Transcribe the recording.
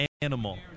animal